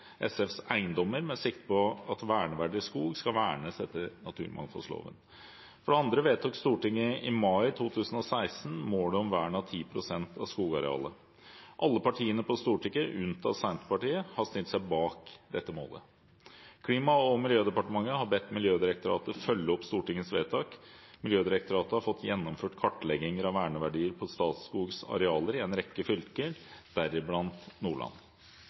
SFs eiendommer med sikte på at verneverdig skog skal vernes etter naturmangfoldloven. For det andre vedtok Stortinget i mai 2016 målet om vern av 10 pst. av skogarealet. Alle partiene på Stortinget unntatt Senterpartiet har stilt seg bak dette målet. Klima- og miljødepartementet har bedt Miljødirektoratet følge opp Stortingets vedtak. Miljødirektoratet har fått gjennomført kartlegginger av verneverdier på Statskogs arealer i en rekke fylker, deriblant Nordland.